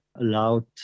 allowed